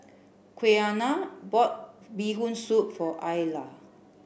Quiana bought bee hoon soup for Ayla